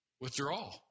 withdraw